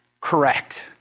correct